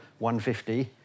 1.50